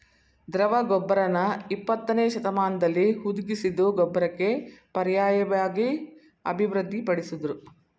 ದ್ರವ ಗೊಬ್ಬರನ ಇಪ್ಪತ್ತನೇಶತಮಾನ್ದಲ್ಲಿ ಹುದುಗಿಸಿದ್ ಗೊಬ್ಬರಕ್ಕೆ ಪರ್ಯಾಯ್ವಾಗಿ ಅಭಿವೃದ್ಧಿ ಪಡಿಸುದ್ರು